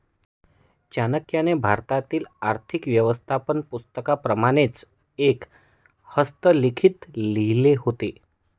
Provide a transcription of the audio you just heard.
चाणक्याने भारतातील आर्थिक व्यवस्थापन पुस्तकाप्रमाणेच एक हस्तलिखित लिहिले होते